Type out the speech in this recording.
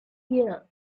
year